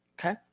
Okay